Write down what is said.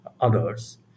others